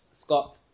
Scott